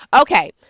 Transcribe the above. Okay